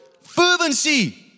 fervency